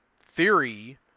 theory